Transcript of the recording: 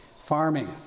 Farming